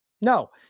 No